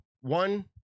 One